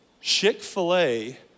Chick-fil-A